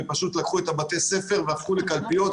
ופשוט לקחו את בתי הספר והפכו לקלפיות.